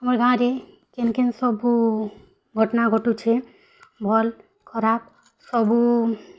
ଆମ ଗାଁରେ କିନ୍ କିନ୍ ସବୁ ଘଟ୍ନା ଘଟୁଛି ଭଲ୍ ଖରାପ୍ ସବୁ